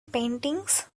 paintings